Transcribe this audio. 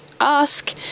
ask